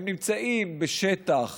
הם נמצאים בשטח